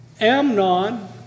Amnon